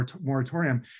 moratorium